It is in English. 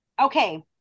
Okay